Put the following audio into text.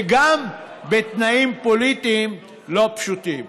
וגם בתנאים פוליטיים לא פשוטים.